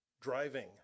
driving